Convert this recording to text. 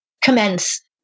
commence